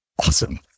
Awesome